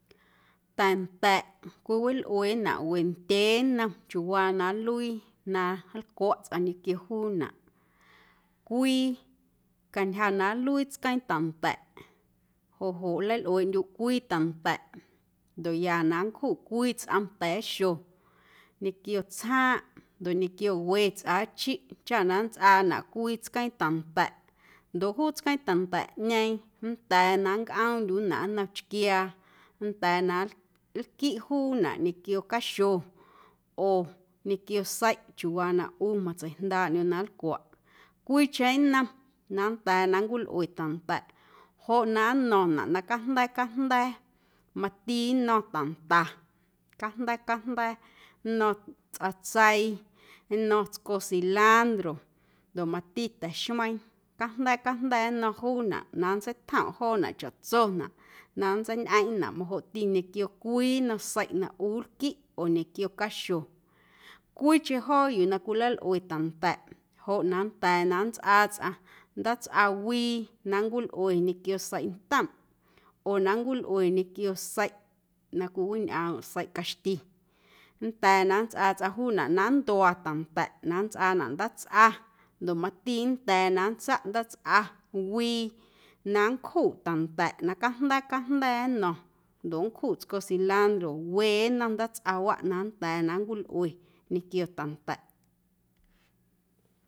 Ta̱nda̱ꞌ cwiwilꞌuenaꞌ wendyee nnom chiuuwaa na nluii na nlcwaꞌ tsꞌaⁿ ñequio juunaꞌ cwii cantyja na nluii tsqueeⁿ ta̱nda̱ꞌ joꞌ joꞌ nleilꞌueeꞌndyuꞌ cwii ta̱nda̱ꞌ ndoꞌ ya na nncjuꞌ cwii tsꞌom ta̱a̱xo ñequio tsjaaⁿꞌ ndoꞌ ñequio we tsꞌaachiꞌ chaꞌ na nntsꞌaanaꞌ cwii tsqueeⁿ ta̱nda̱ꞌ ndoꞌ juu tsqueeⁿ ta̱nda̱ꞌñeeⁿ nnda̱a̱ na nncꞌoomndyuꞌnaꞌ nnom chquiaa nnda̱a̱ na nlquiꞌ juunaꞌ ñequio caxo oo ñequio seiꞌ chiuuwaa na ꞌu matseijndaaꞌndyuꞌ na nlcwaꞌ cwiicheⁿ nnom na nnda̱a̱ na nncwilꞌue ta̱nda̱ꞌ joꞌ na nno̱ⁿnaꞌ na cajnda̱a̱ cajnda̱a̱ mati nno̱ⁿ ta̱nda cajnda̱a̱ cajnda̱a̱ nno̱ⁿ tsꞌatseii nno̱ⁿ tsco cilantro ndoꞌ mati ta̱xmeiiⁿ cajnda̱a̱ cajnda̱a̱ nno̱ⁿ juunaꞌ na nntseitjomꞌ joonaꞌ na chaꞌtsonaꞌ na nntseiñꞌeⁿꞌnaꞌ majoꞌtiꞌ ñequio cwii nnom seiꞌ na ꞌu nlquiꞌ oo ñequio caxo cwiicheⁿ joo yuu na cwilalꞌue ta̱nda̱ꞌ joꞌ na nnda̱a̱ na nntsꞌaa tsꞌaⁿ ndaatsꞌawii na nncwilꞌue ñequio seiꞌntomꞌ oo na nncwilꞌue ñequio seiꞌ na cwiwiñꞌoomꞌ seiꞌ caxti nnda̱a̱ na nntsꞌaa tsꞌaⁿ juunaꞌ na nntua ta̱nda̱ꞌ na nntsꞌaanaꞌ ndaatsꞌa ndoꞌ mati nnda̱a̱ na nntsaꞌ ndaatsꞌawii na nncjuꞌ ta̱nda̱ꞌ na cajnda̱a̱ cajnda̱a̱ nno̱ⁿ ndoꞌ nncjuꞌ tsco cilantro wee nnom ndaatsꞌawaꞌ na nnda̱a̱ na nncwilꞌue ñequio ta̱nda̱ꞌ.